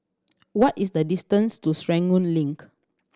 what is the distance to Serangoon Link